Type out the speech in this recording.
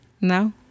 no